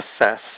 assess